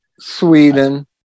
Sweden